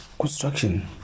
construction